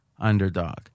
underdog